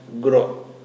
grow